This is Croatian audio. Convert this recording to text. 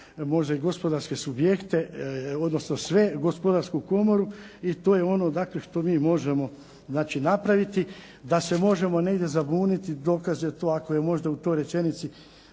možda gospodarske subjekte, odnosno sve Gospodarsku komoru. I to je ono dakle što mi možemo napraviti. Da se možemo negdje zabuniti dokaz je to ako je možda u nekoj rečenici